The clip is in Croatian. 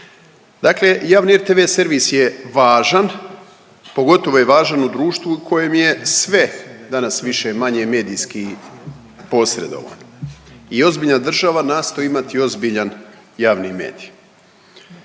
Dakle javni rtv servis je važan, pogotovo je važan u društvu u kojem je sve danas više-manje medijski posredovano i ozbiljna država nastoji imati ozbiljan javni medij.